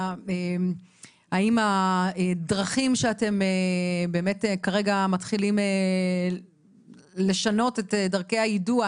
האם הדרכים שבאמת כרגע מתחילים לשנות את דרכי היידוע,